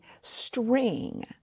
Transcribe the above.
string